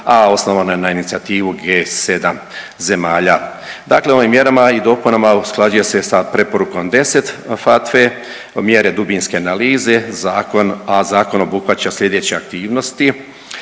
a osnovano je na inicijativu G7 zemalja. Dakle, ovim mjerama i dopunama usklađuje se sa preporukom 10 FATF-e, mjere dubinske analize, a zakon obuhvaća sljedeće aktivnosti: